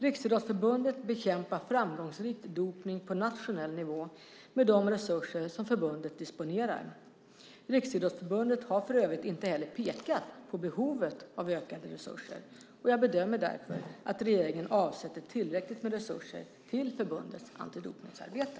Riksidrottsförbundet bekämpar framgångsrikt dopning på nationell nivå med de resurser som förbundet disponerar. Riksidrottsförbundet har för övrigt inte heller pekat på behovet av ökade resurser. Jag bedömer därför att regeringen avsätter tillräckligt med resurser till förbundets antidopningsarbete.